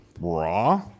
raw